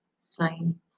Sign